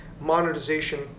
monetization